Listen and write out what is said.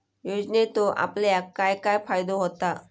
योजनेचो आपल्याक काय काय फायदो होता?